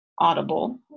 Audible